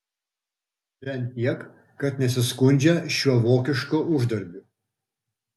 bent tiek kad nesiskundžia šiuo vokišku uždarbiu